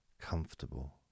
comfortable